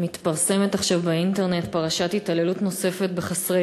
מתפרסמת עכשיו באינטרנט פרשת התעללות נוספת בחסרי